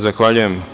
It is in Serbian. Zahvaljujem.